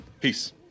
Peace